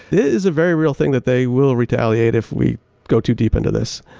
it is a very real thing that they will retaliate if we go too deep into this.